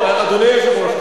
אדוני היושב-ראש,